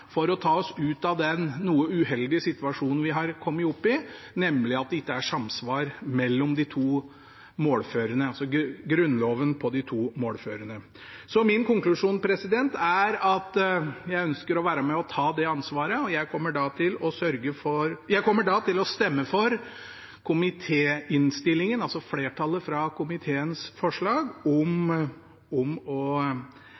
for å ta oss ut av den noe uheldige situasjonen vi har kommet opp i, nemlig at det ikke er samsvar mellom grunnlovsversjonene på de to målformene. Min konklusjon er at jeg ønsker å være med og ta det ansvaret. Jeg kommer til å stemme for komitéinnstillingen, altså forslaget fra flertallet i komiteen, om å